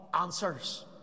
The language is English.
answers